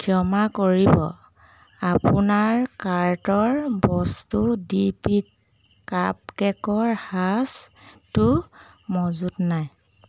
ক্ষমা কৰিব আপোনাৰ কাৰ্টৰ বস্তু ডিপি কাপকে'কৰ সাঁচটো মজুত নাই